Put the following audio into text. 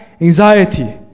anxiety